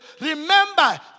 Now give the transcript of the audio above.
Remember